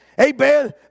Amen